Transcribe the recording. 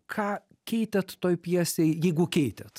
ką keitėt toj pjesėj jeigu keitėt